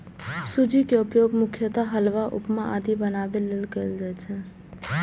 सूजी के उपयोग मुख्यतः हलवा, उपमा आदि बनाबै लेल कैल जाइ छै